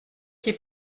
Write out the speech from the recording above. qui